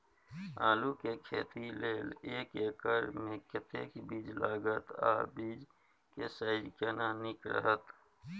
आलू के खेती लेल एक एकर मे कतेक बीज लागत आ बीज के साइज केना नीक रहत?